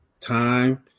time